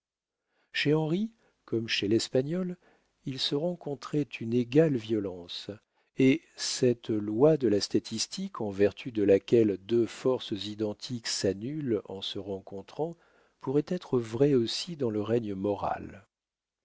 chez henri comme chez l'espagnole il se rencontrait une égale violence et cette loi de la statique en vertu de laquelle deux forces identiques s'annulent en se rencontrant pourrait être vraie aussi dans le règne moral